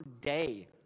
day